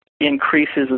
increases